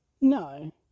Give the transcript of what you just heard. No